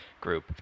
group